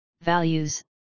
values